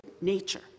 nature